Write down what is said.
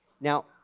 Now